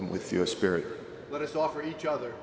with your spirit let us off each other